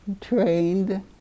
trained